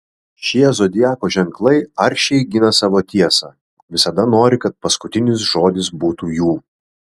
šie zodiako ženklai aršiai gina savo tiesą visada nori kad paskutinis žodis būtų jų